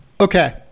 okay